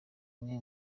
bamwe